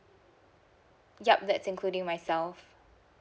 yup that's including myself